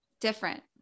different